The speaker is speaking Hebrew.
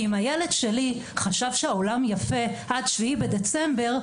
כי אם הילד שלי חשב שהעולם יפה עד 7 בדצמבר,